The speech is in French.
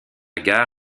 gare